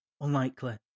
unlikely